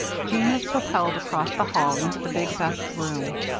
jeanne was propelled across the hall into the big, best room.